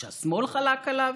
כשהשמאל חלק עליו?